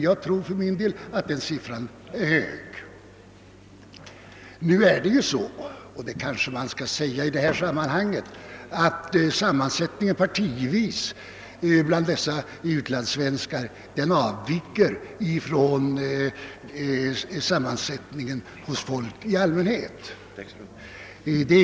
Jag tror för min del att den siffran är väl hög. Nu är det på det sättet — och detta kanske bör sägas i detta sammanhang — att sammansättningen partivis bland utlandssvenskarna avviker från sammansättningen partivis hos svenskar i allmänhet.